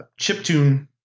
chiptune